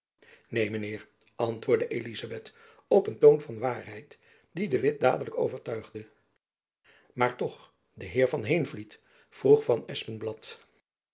neen mijn heer antwoordde elizabeth op een toon van waarheid die de witt dadelijk overtuigde maar toch de heer van heenvliet vroeg van